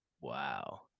Wow